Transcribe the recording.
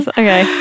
okay